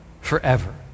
forever